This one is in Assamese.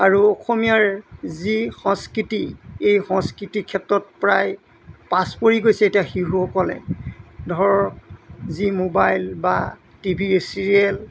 আৰু অসমীয়াৰ যি সংস্কৃতি এই সংস্কৃতিৰ ক্ষেত্ৰত প্ৰায় পাছপৰি গৈছে এতিয়া শিশুসকলে ধৰ যি মোবাইল বা টিভি চিৰিয়েল